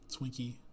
Twinkie